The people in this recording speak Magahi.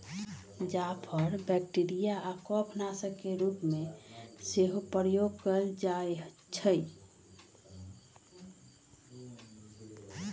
जाफर बैक्टीरिया आऽ कफ नाशक के रूप में सेहो प्रयोग कएल जाइ छइ